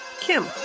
Kim